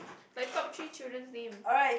like top three children's name